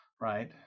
right